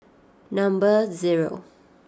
number zero